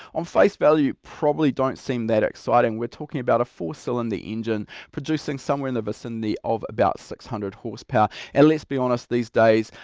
on face value probably don't seem that exciting, we're talking about a four cylinder engine producing somewhere in the vicinity of about six hundred horsepower and let's be honest these days,